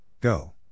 Go